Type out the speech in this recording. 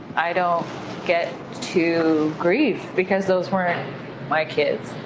i don't get to grieve because those weren't my kids.